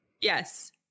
Yes